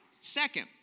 second